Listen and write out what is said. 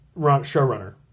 showrunner